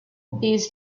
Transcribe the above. these